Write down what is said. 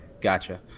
gotcha